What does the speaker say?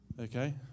Okay